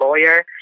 lawyer